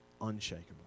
unshakable